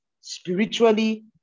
spiritually